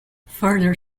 further